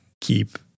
keep